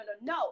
no